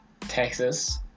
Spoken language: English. Texas